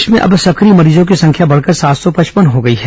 प्रदेश में अब सक्रिय मरीजों की संख्या बढ़कर सात सौ पचपन हो गई है